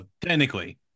Technically